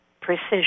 precision